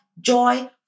joy